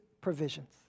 provisions